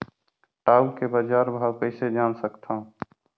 टाऊ के बजार भाव कइसे जान सकथव?